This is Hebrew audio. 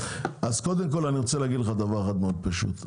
אז קודם כל אני רוצה להגיד לך דבר אחד מאוד פשוט.